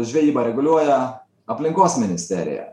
žvejybą reguliuoja aplinkos ministerija